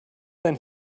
than